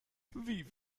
wie